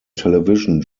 television